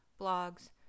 blogs